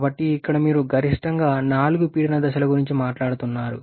కాబట్టి ఇక్కడ మీరు గరిష్టంగా నాలుగు పీడన దశల గురించి మాట్లాడుతున్నారు